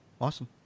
Awesome